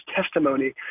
testimony